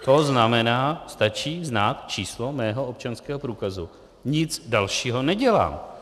To znamená, stačí znát číslo mého občanského průkazu, nic dalšího nedělám.